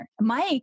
Mike